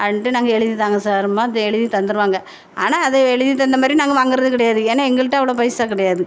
அப்படின்ட்டு நாங்கள் எழுதிதாங்க சார்ம்போம் தே எழுதி தந்துருவாங்க ஆனால் அதை எழுதி தந்தமாதிரி நாங்கள் வாங்கிறது கிடையாது ஏன்னால் எங்கள்ட அவ்வளோ பைசா கிடையாது